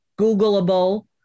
Googleable